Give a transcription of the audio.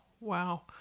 wow